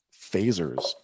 phasers